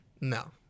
No